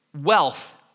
wealth